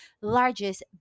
largest